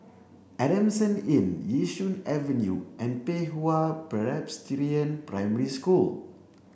Adamson Inn Yishun Avenue and Pei Hwa Presbyterian Primary School